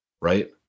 Right